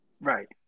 right